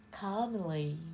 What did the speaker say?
calmly